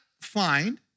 find